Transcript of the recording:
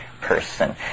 person